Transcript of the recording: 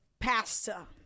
pasta